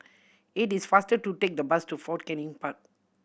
it is faster to take the bus to Fort Canning Park